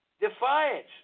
Defiance